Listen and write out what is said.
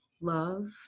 love